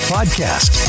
Podcast